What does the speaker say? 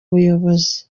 buyobozi